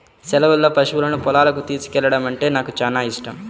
సెలవుల్లో పశువులను పొలాలకు తోలుకెల్లడమంటే నాకు చానా యిష్టం